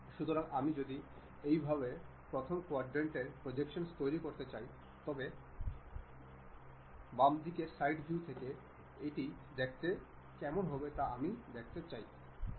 সুতরাং আমি যদি এইভাবে প্রথম কুয়াড্রান্ট এর প্রোজেকশন্স তৈরি করতে চাই তবে বামদিকের সাইড ভিউ থেকে এটি দেখতে কেমন হবে তা আমি দেখতে চাই